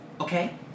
Okay